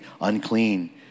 unclean